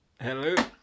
Hello